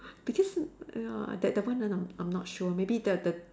because ya that that one I I'm I'm not sure maybe the the